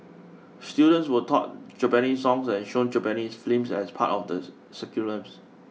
students were taught Japanese songs and shown Japanese films as part of the